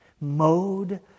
mode